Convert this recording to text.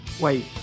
Wait